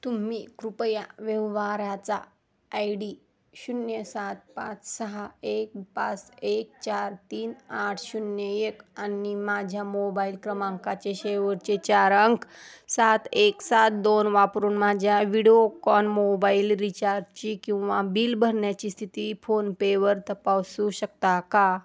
तुम्ही कृपया व्यवहाराचा आय डी शून्य सात पाच सहा एक पाच एक चार तीन आठ शून्य एक आणि माझ्या मोबाईल क्रमांकाचे शेवटचे चार अंक सात एक सात दोन वापरून माझ्या व्हिडोकॉन मोबाईल रिचार्जची किंवा बिल भरण्याची स्थिती फोनपेवर तपासू शकता का